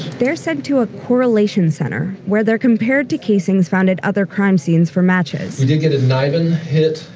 they're sent to a correlation center, where they're compared to casings found at other crime scenes for matches. we did get a nibin hit,